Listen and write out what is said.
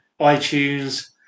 iTunes